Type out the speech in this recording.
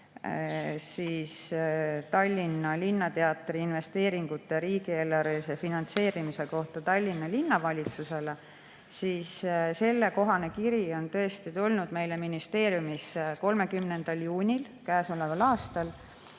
vastuse Tallinna Linnateatri investeeringute riigieelarvelise finantseerimise kohta Tallinna Linnavalitsusele. Sellekohane kiri on tõesti tulnud meile ministeeriumisse 30. juunil käesoleval aastal.